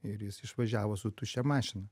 ir jis išvažiavo su tuščia mašina